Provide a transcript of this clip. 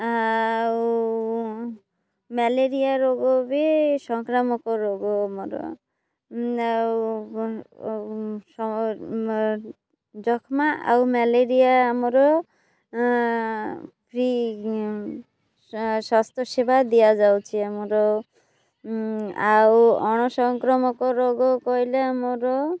ଆଉ ମ୍ୟାଲେରିଆ ରୋଗ ବି ସଂକ୍ରାମକ ରୋଗ ଆମର ଯଷ୍ମା ଆଉ ମ୍ୟାଲେରିଆ ଆମର ଫ୍ରି ସ୍ୱାସ୍ଥ୍ୟ ସେବା ଦିଆଯାଉଛି ଆମର ଆଉ ଅଣସଂକ୍ରାମକ ରୋଗ କହିଲେ ଆମର